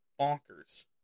Bonkers